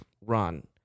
run